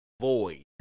void